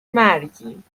مرگیم